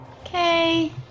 Okay